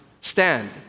stand